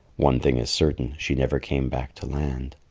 one thing is certain she never came back to land.